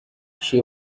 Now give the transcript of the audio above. she